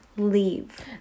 Leave